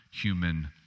human